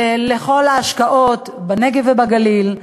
לכל ההשקעות בנגב ובגליל.